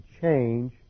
change